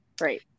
right